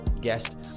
guest